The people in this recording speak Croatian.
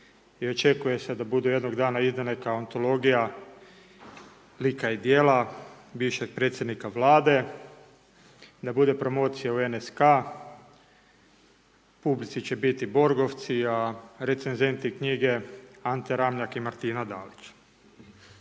i očekuje se da budu jednog dana izdane kao antologija lika i djela bivšeg Predsjednika vlade, da bude promocija u NSK, u publici će biti borgovci, a recenzenti knjige Ante Ramljak i Martina Dalić.